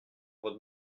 votre